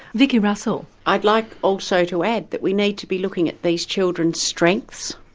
vicki russell. i'd like also to add that we need to be looking at these children's strengths.